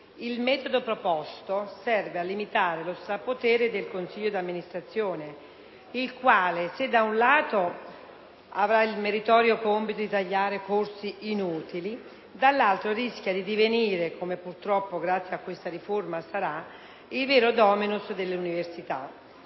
Il metodo proposto serve a limitare lo strapotere del consiglio di amministrazione il quale, se da un lato avrail meritorio compito di tagliare corsi inutili, dall’altro rischia di divenire, come purtroppo grazie a questa riforma sara, il vero dominus delle universita`.